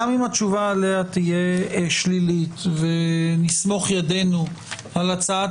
גם אם התשובה עליה תהיה שלילית ונסמוך ידינו על הצעת